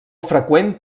freqüent